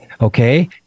okay